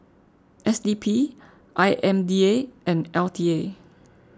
S D P I M D A and L T A